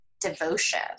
devotion